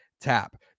Tap